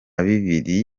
bibiri